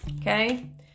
Okay